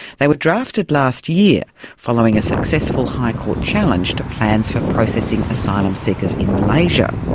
they were drafted last year following a successful high court challenge to plans for processing asylum seekers in malaysia.